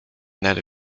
nel